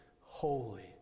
holy